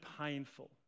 painful